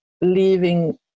leaving